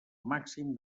màxim